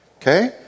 Okay